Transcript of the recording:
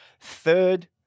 Third